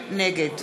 נגד